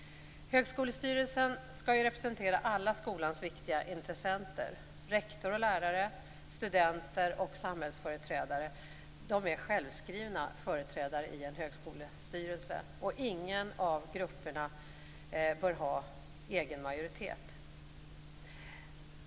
Högskolestyrelsen skall ju representera alla skolans viktiga intressenter. Rektor, lärare, studenter och samhällsföreträdare är självskrivna företrädare i en högskolestyrelse, och ingen av grupperna får ha egen majoritet.